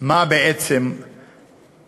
איך בעצם דרכו,